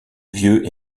vieux